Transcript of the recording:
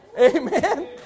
Amen